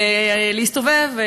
ולהסתובב,